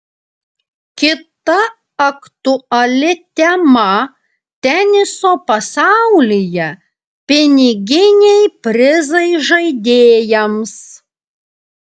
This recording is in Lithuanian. kita aktuali tema teniso pasaulyje piniginiai prizai žaidėjams